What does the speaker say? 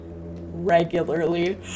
regularly